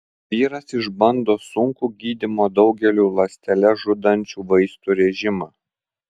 vyras išbando sunkų gydymo daugeliu ląsteles žudančių vaistų režimą